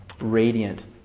radiant